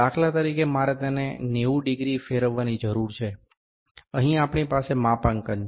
દાખલા તરીકે મારે તેને 90 ડિગ્રી ફેરવવાની જરૂર છે અહીં આપણી પાસે માપાંકન છે